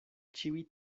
ĉiuj